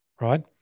right